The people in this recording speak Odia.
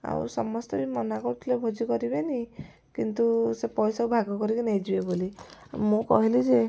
ଆଉ ସମସ୍ତେ ମନା କରୁଥିଲେ ଭୋଜି କରିବେନି କିନ୍ତୁ ସେ ପଇସାକୁ ଭାଗ କରି ନେଇଯିବେ ବୋଲି ମୁଁ କହିଲି ଯେ